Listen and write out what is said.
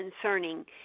concerning